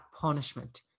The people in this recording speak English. punishment